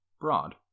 broad